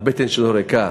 שהבטן שלו ריקה.